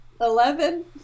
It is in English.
Eleven